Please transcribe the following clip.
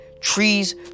trees